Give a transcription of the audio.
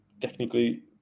technically